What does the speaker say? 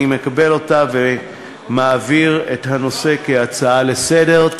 אני מקבל אותה ומעביר את הנושא כהצעה לסדר-היום.